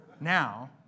Now